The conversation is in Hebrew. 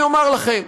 אני אומר לכם,